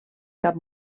cap